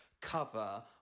cover